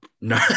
No